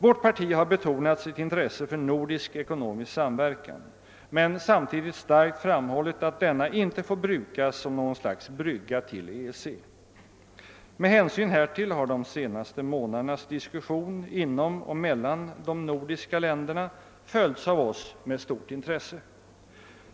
Vårt parti har betonat sitt intresse för nordisk ekonomisk samverkan men samtidigt starkt framhållit att denna inte får brukas som någon brygga till EEC. Med hänsyn härtill har de senaste månadernas diskussion inom och mellan de nordiska länderna följts av oss med stort intresse.